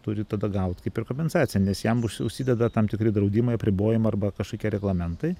turi tada gaut kaip ir kompensaciją nes jam užsideda tam tikri draudimai apribojimai arba kažkokie reglamentai